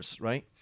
right